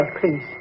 please